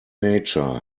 nature